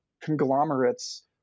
conglomerates